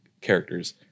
characters